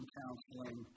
counseling